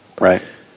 Right